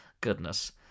Goodness